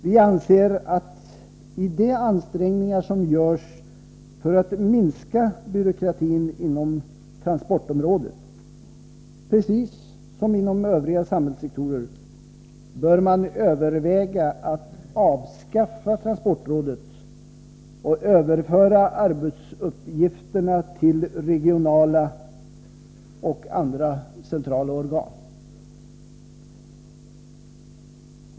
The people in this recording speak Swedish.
Vi anser att man i de ansträngningar som görs för att minska byråkratin inom transportområdet, precis som inom övriga samhällssektorer, bör överväga att avskaffa transportrådet och överföra arbetsuppgifterna till regionala och andra centrala organ.